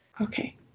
Okay